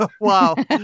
wow